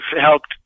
helped